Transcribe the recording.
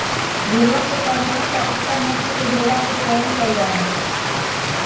भेंड़वन के प्रजनन ला उत्तम नस्ल के भेंड़ा के चयन कइल जाहई